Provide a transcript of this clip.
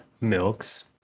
Milks